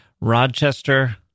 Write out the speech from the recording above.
Rochester